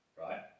right